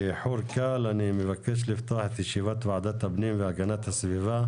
באיחור קל אני מבקש לפתוח את ישיבת ועדת הפנים והגנת הסביבה,